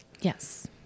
Yes